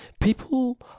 people